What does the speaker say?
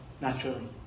naturally